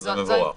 זה מבורך.